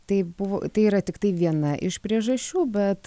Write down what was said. taip buvo tai yra tiktai viena iš priežasčių bet